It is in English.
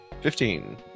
Fifteen